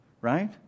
right